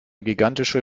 gigantische